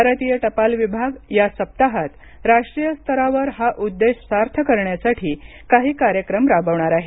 भारतीय टपाल विभाग या सप्ताहात राष्ट्रीय स्तरावर हा उद्देश सार्थ करण्यासाठी काही कार्यक्रम राबवणार आहे